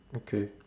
okay